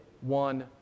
one